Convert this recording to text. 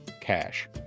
cash